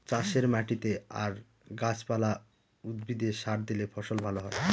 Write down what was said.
চাষের মাটিতে আর গাছ পালা, উদ্ভিদে সার দিলে ফসল ভালো হয়